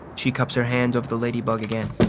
she cups her hand over the ladybug again.